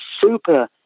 super